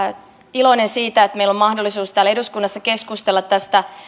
iloinen siitä että meillä on mahdollisuus täällä eduskunnassa keskustella tästä